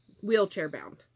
wheelchair-bound